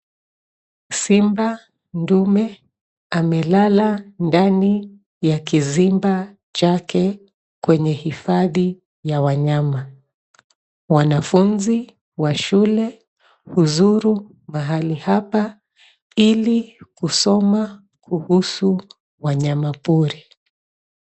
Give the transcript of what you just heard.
Simba ndume amelala ndani ya kizimba chake kwenye hifadhi ya wanyama. Wanafunzi wa shule huzuru mahali hapa ili kusoma kuhusu wanyama pori